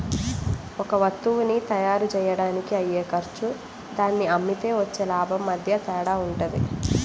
ఒక వత్తువుని తయ్యారుజెయ్యడానికి అయ్యే ఖర్చు దాన్ని అమ్మితే వచ్చే లాభం మధ్య తేడా వుంటది